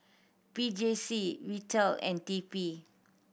P J C Vital and T P